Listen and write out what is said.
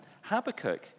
Habakkuk